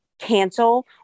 cancel